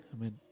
Amen